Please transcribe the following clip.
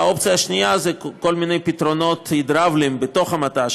האופציה השנייה היא כל מיני פתרונות הידראוליים בתוך המט"ש,